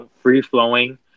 Free-flowing